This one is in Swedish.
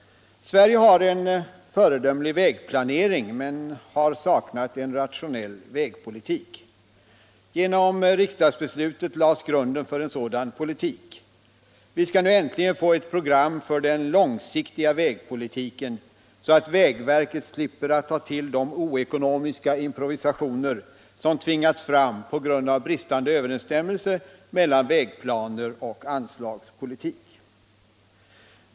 Sverige har en föredömlig vägplanering men har saknat en rationell vägpolitik. Genom riksdagsbeslutet lades grunden för en sådan politik. Vi skåll nu äntligen få ett program för den långsiktiga vägpolitiken, så att vägverket slipper ta till de oekonomiska improvisationer som tidigare tvingats fram på grund av bristande överensstämmelse mellan vägplaner och anslagspolitik.